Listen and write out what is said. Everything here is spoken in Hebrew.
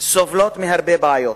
סובלות מהרבה בעיות,